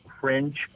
Fringe